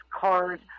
cars